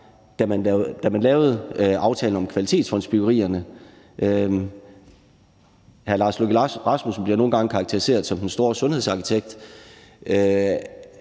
da man lavede aftalen om kvalitetsfondsbyggerierne. Den nuværende udenrigsminister bliver nogle gange karakteriseret som den store sundhedsarkitekt.